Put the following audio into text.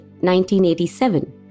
1987